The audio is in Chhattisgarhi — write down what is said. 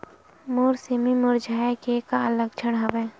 मोर सेमी मुरझाये के का लक्षण हवय?